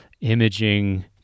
imaging